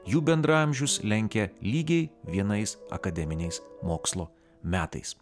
jų bendraamžius lenkia lygiai vienais akademiniais mokslo metais